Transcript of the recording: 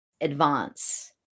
advance